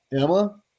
Emma